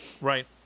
Right